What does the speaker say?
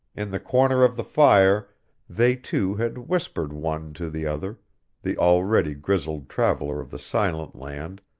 in the corner of the fire they two had whispered one to the other the already grizzled traveller of the silent land,